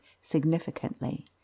significantly